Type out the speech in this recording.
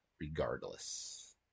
regardless